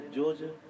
Georgia